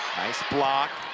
nice block